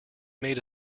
made